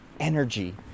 energy